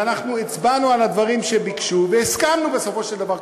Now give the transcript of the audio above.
ואנחנו הצבענו על הדברים שביקשו והסכמנו בסופו של דבר,